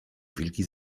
wilki